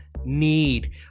need